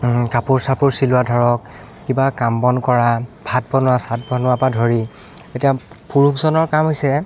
কাপোৰ চাপোৰ চিলোৱা ধৰক কিবা কাম বন কৰা ভাত বনোৱা চাত বনোৱাৰ পৰা ধৰি এতিয়া পুৰুষজনৰ কাম হৈছে